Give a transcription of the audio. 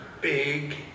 big